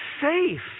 Safe